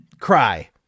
cry